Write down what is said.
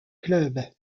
club